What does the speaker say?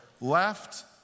left